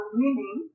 meaning